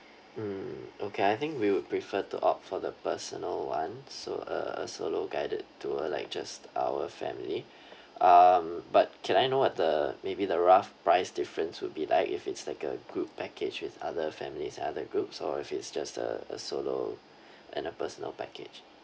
mm okay I think we would prefer to opt for the personal one so a a solo guided tour like just our family um but can I know what the maybe the rough price difference would be like if it's like a group package with other families and other groups or if it's just a a solo and a personal package